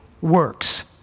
works